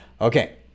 Okay